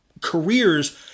careers